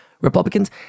Republicans